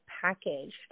packaged